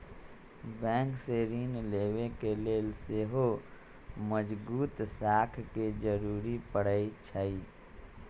bank से ऋण लेबे के लेल सेहो मजगुत साख के जरूरी परै छइ